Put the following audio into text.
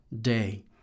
day